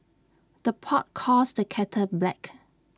the pot calls the kettle black